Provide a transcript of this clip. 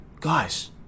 Guys